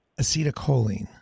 acetylcholine